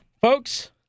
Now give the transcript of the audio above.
folks